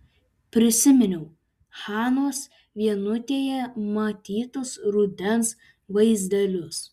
prisiminiau hanos vienutėje matytus rudens vaizdelius